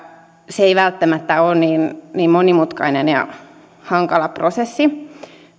se ei välttämättä ole niin monimutkainen ja hankala prosessi